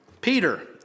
Peter